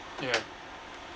ya